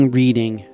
reading